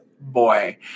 boy